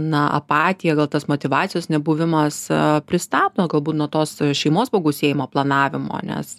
na apatija gal tas motyvacijos nebuvimas pristabdo galbūt nuo tos šeimos pagausėjimo planavimo nes